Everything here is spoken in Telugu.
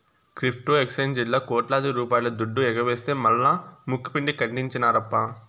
క్రిప్టో ఎక్సేంజీల్లా కోట్లాది రూపాయల దుడ్డు ఎగవేస్తె మల్లా ముక్కుపిండి కట్టించినార్ప